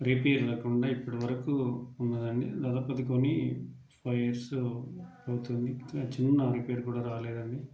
repair లేకుండా ఇప్పటి వరకు ఉన్నదండి దాదాపు అది కొని ఫైవ్ ఇయర్సు అవుతుంది చిన్న రిపేర్ కూడా రాలేదండి